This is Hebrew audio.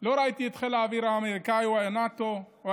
לא ראיתי את חיל האוויר האמריקאי או של נאט"ו או